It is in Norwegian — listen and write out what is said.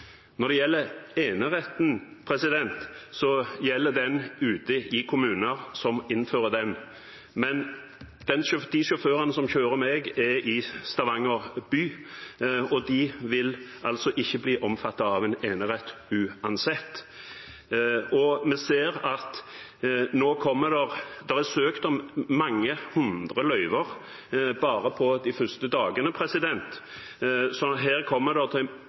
Når det gjelder eneretten, gjelder den ute i kommuner som innfører den. Men de sjåførene som kjører meg, er i Stavanger by, og de vil ikke bli omfattet av en enerett uansett. Det er søkt om mange hundre løyver bare de første dagene. Så her kommer det nok til